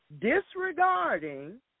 Disregarding